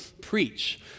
preach